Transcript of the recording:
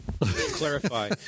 clarify